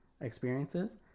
experiences